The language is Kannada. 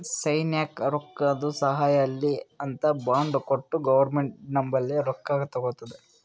ಸೈನ್ಯಕ್ ರೊಕ್ಕಾದು ಸಹಾಯ ಆಲ್ಲಿ ಅಂತ್ ಬಾಂಡ್ ಕೊಟ್ಟು ಗೌರ್ಮೆಂಟ್ ನಂಬಲ್ಲಿ ರೊಕ್ಕಾ ತಗೊತ್ತುದ